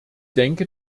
denke